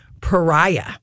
pariah